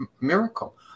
miracle